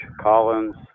Collins